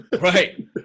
Right